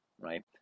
right